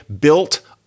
built